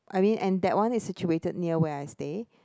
I mean and that one is situated near where I stay